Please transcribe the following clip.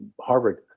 Harvard